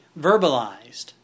verbalized